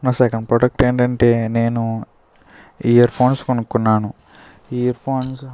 నా second product ఏంటంటే నేను ఇయర్ఫోన్స్ కొనుక్కున్నాను ఇయర్ఫోన్స్